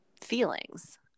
feelings